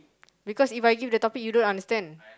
because If I give the topic you don't understand